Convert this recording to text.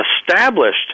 established